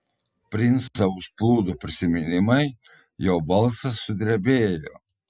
princą užplūdo prisiminimai jo balsas sudrebėjo